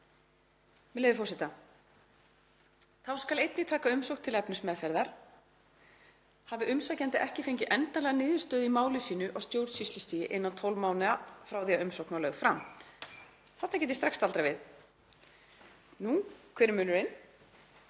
með leyfi forseta: „Þá skal einnig taka umsókn til efnismeðferðar hafi umsækjandi ekki fengið endanlega niðurstöðu í máli sínu á stjórnsýslustigi innan 12 mánaða frá því að umsókn var lögð fram …“ Þarna get ég strax staldrað við. Nú, hver er munurinn?